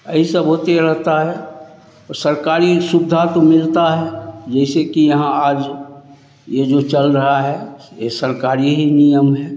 यही सब होते रहता है ओ सरकारी सुविधा तो मिलता है जैसे कि यहाँ आज ये जो चल रहा है ये सरकारी ही नियम है